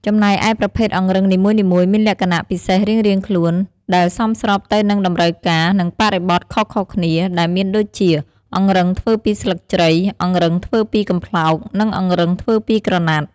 ចំណែកឯប្រភេទអង្រឹងនីមួយៗមានលក្ខណៈពិសេសរៀងៗខ្លួន ដែលសមស្របទៅនឹងតម្រូវការ និងបរិបទខុសៗគ្នា ដែលមានដូចជា អង្រឹងធ្វើពីស្លឹកជ្រៃ អង្រឹងធ្វើពីកំប្លោក និងអង្រឹងធ្វើពីក្រណាត់។